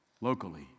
locally